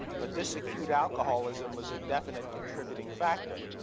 but this acute alcoholism was a definite contributing factor,